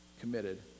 committed